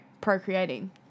procreating